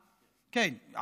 אז הוא היה, עכשיו, כן.